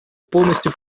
полностью